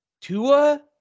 Tua